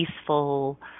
peaceful